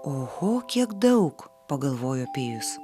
oho kiek daug pagalvojo pijus